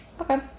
Okay